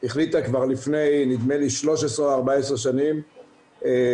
החליטה כבר לפני נדמה לי 13 או 14 שנים לטפל